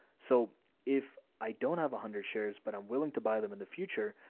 so if i don't have a hundred shares, but i'm willing to buy them in the future,